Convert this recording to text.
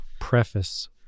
preface